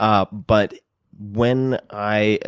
ah but when i